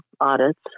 audits